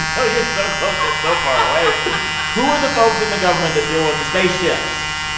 no, you're so close but so far away who are the folks in the government that deal with the space ships?